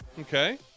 Okay